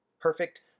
Perfect